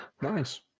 Nice